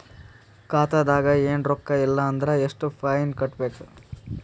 ಖಾತಾದಾಗ ಏನು ರೊಕ್ಕ ಇಲ್ಲ ಅಂದರ ಎಷ್ಟ ಫೈನ್ ಕಟ್ಟಬೇಕು?